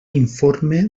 informe